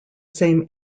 same